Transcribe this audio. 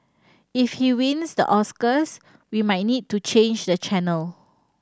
if he wins the Oscars we might need to change the channel